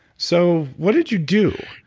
so what did you do?